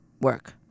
work